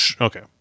Okay